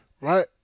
right